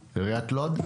לוד,